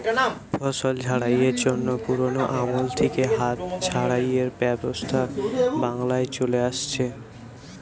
ফসল ঝাড়াইয়ের জন্যে পুরোনো আমল থিকে হাত ঝাড়াইয়ের ব্যবস্থা বাংলায় চলে আসছে